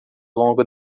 longo